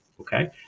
Okay